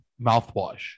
mouthwash